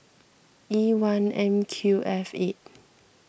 E one M Q F eight